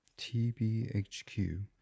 TBHQ